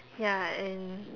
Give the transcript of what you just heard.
ya and